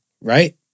right